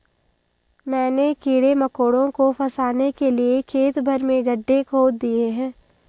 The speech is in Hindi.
मैंने कीड़े मकोड़ों को फसाने के लिए खेत भर में गड्ढे खोद दिए हैं